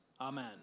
Amen